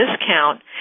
discount